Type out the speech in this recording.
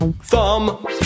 Thumb